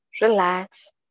Relax